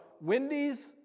Wendy's